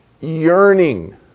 yearning